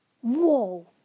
Whoa